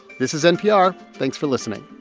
this is npr. thanks for listening